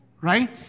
Right